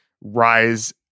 rise